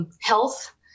health